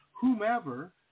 whomever